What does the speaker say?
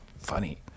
funny